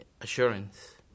assurance